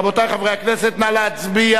רבותי חברי הכנסת, נא להצביע.